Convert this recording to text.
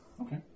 Okay